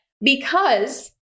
because-